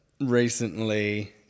recently